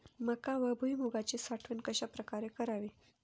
मका व भुईमूगाची साठवण कशाप्रकारे करावी?